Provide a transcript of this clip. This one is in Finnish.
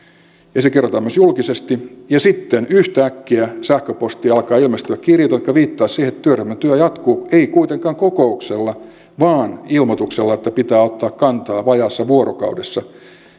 ja se kerrotaan myös julkisesti ja sitten yhtäkkiä sähköpostiin alkaa ilmestyä kirjeitä jotka viittaisivat siihen että työryhmän työ jatkuu ei kuitenkaan kokouksella vaan ilmoituksella että pitää ottaa kantaa vajaassa vuorokaudessa